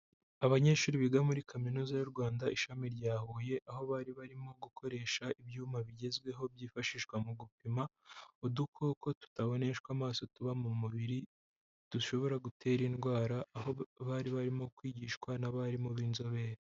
Abanyeshuri biga muri kaminuza y'u Rwanda, ishami rya Huye, aho bari barimo gukoresha ibyuma bigezweho, byifashishwa mu gupima udukoko tutaboneshwa amaso tuba mu mubiri dushobora gutera indwara, aho bari barimo kwigishwa n'abarimu b'inzobere.